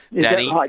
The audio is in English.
Danny